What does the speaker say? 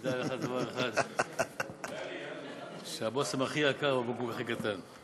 תדע לך דבר אחד: שהבושם הכי יקר, בבקבוק הכי קטן.